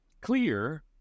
clear